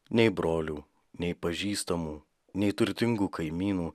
nei brolių nei pažįstamų nei turtingų kaimynų